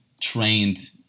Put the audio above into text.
trained